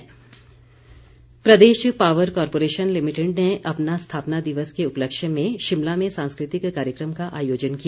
स्थापना दिवस प्रदेश पावर कॉरपोरेशन लिमिटेड ने अपने स्थापना दिवस के उपलक्ष्य में शिमला में सांस्कृतिक कार्यक्रम का आयोजन किया